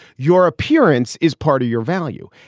your appearance is part of your value.